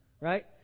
right